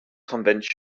convention